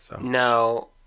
No